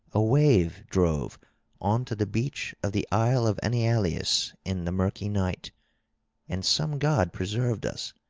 a wave drove on to the beach of the isle of enyalius in the murky night and some god preserved us.